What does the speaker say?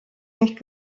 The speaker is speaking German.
nicht